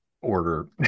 order